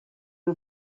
who